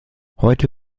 heute